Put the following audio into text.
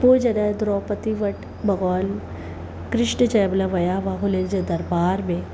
पोइ जॾहिं द्रौपदी वटि भॻवानु कृष्ण जंहिंमहिल विया हुआ हुननि जे दरबार में